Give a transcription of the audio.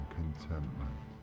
contentment